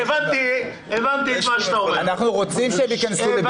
אנחנו רוצים שהם ייכנסו לבידוד.